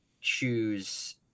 choose